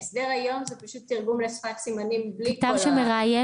ההסדר היום הוא תרגום לשפת הסימנים בלי --- כתב שמראיין,